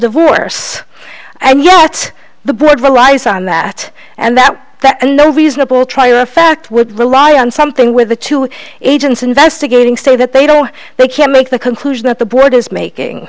divorce and yet the board relies on that and that that and the reasonable try a fact would rely on something with the two agents investigating say that they don't they can't make the conclusion that the board is making